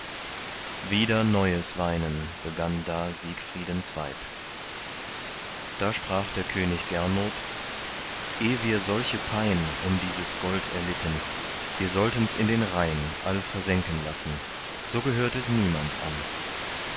wieder neues weinen begann da siegfriedens weib da sprach der könig gernot eh wir solche pein um dieses gold erlitten wir solltens in den rhein all versenken lassen so gehört es niemand an